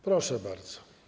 Proszę bardzo.